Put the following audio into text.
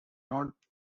not